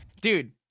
dude